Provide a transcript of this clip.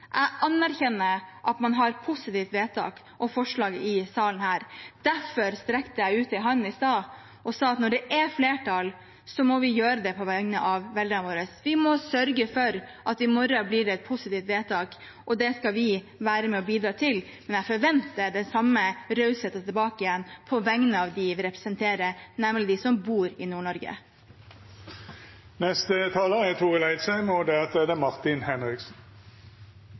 Jeg anerkjenner at man har et positivt vedtak og forslag i salen her. Derfor strekte jeg ut en hånd i stad og sa at når det er flertall, må vi gjøre det på vegne av velgerne våre. Vi må sørge for at i morgen blir det et positivt vedtak. Det skal vi være med og bidra til. Men jeg forventer den samme rausheten tilbake igjen på vegne av dem vi representerer, nemlig de som bor i Nord-Norge. Store avstandar og spreidd befolkning utgjer geografiske og